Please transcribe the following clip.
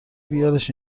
بیارش